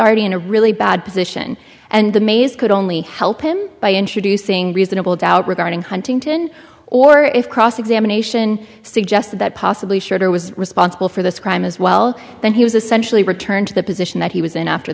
already in a really bad position and the maze could only help him by introducing reasonable doubt regarding huntington or if cross examination suggest that possibly sugar was responsible for this crime as well and he was essentially returned to the position that he was in after